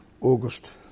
August